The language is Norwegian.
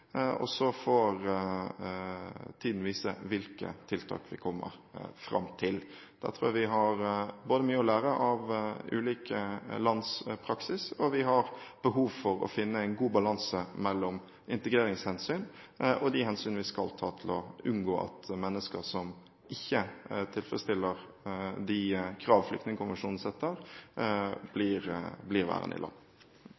og så får tiden vise hvilke tiltak vi kommer fram til. Der tror jeg vi har mye å lære av ulike lands praksis. Vi har behov for å finne en god balanse mellom integreringshensyn og de hensyn vi skal ta for å unngå at mennesker som ikke tilfredsstiller de krav som Flyktningkonvensjonen setter,